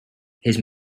his